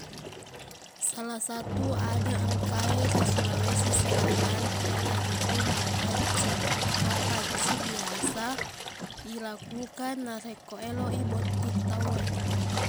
Salah satu adeq engka e ri sulawesi selatan iyanaritu mappacci mappacci biasa ilakukan narekko eloq i botting tauwe